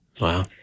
Wow